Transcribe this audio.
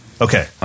okay